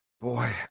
Boy